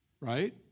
Right